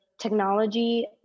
technology